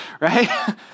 right